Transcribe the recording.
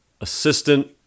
assistant